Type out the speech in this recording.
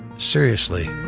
seriously,